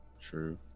true